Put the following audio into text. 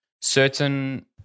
certain